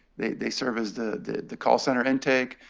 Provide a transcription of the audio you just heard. they they serve as the the call center intake.